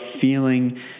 feeling